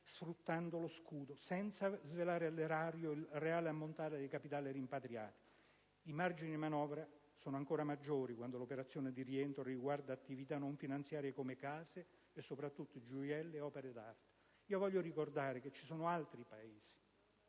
sfruttando lo scudo, senza svelare all'erario il reale ammontare del capitale rimpatriato. I margini di manovra sono ancora maggiori quando l'operazione di rientro riguarda attività non finanziarie (come case e, soprattutto, gioielli ed opere d'arte). Voglio ricordare che altri Paesi